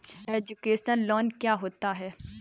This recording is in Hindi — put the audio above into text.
एजुकेशन लोन क्या होता है?